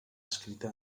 escrita